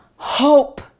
Hope